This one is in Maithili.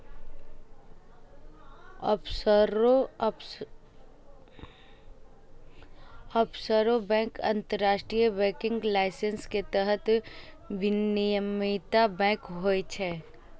ऑफसोर बैंक अंतरराष्ट्रीय बैंकिंग लाइसेंस के तहत विनियमित बैंक होइ छै